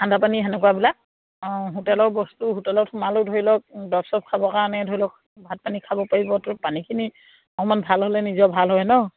ঠাণ্ডা পানী তেনেকুৱাবিলাক অঁ হোটলৰ বস্তু হোটেলত সোমালেও ধৰি লওক দৰৱ চব খাবৰ কাৰণে ধৰি লওক ভাত পানী খাব পাৰিবতো পানীখিনি অকণমান ভাল হ'লে নিজৰ ভাল হয় নহ্